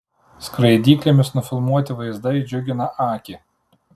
skraidyklėmis nufilmuoti vaizdai džiugina akį